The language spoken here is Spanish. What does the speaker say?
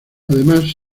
además